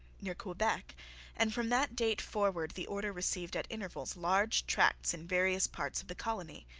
near quebec and from that date forward the order received at intervals large tracts in various parts of the colony.